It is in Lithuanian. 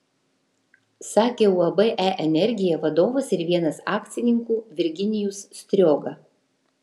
sakė uab e energija vadovas ir vienas akcininkų virginijus strioga